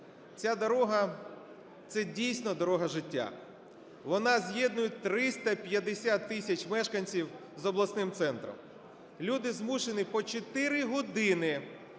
Ця дорога – це дійсно дорога життя. Вона з'єднує 350 тисяч мешканців з обласним центром. Люди змушені по чотири